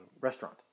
restaurant